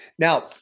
Now